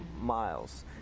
miles